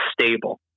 stable